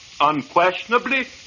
unquestionably